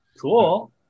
Cool